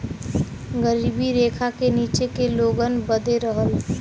गरीबी रेखा के नीचे के लोगन बदे रहल